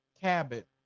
Cabot